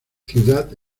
ciudad